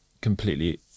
completely